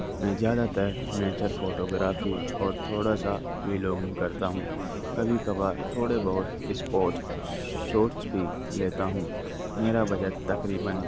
میں زیادہ تر نیچر فوٹوگرافی اور تھوڑا سا ویلوگنگ کرتا ہوں کبھی کبھار تھوڑے بہت اسپورٹ شوٹس بھی لیتا ہوں میرا بجٹ تقریباً